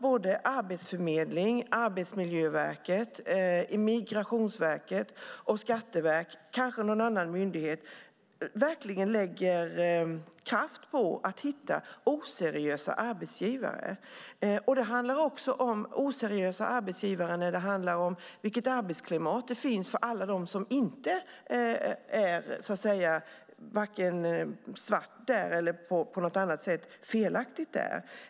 Både Arbetsförmedlingen, Arbetsmiljöverket, Migrationsverket, Skatteverket och kanske någon annan myndighet måste lägga kraft på att hitta oseriösa arbetsgivare. Det handlar också om arbetsgivare som är oseriösa när det gäller till exempel det arbetsklimat som råder också för de anställda som inte arbetar svart eller är felaktigt där.